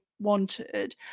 wanted